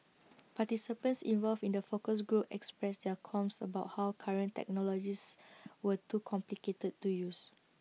participants involved in the focus groups expressed their qualms about how current technologies were too complicated to use